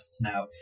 now